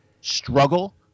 struggle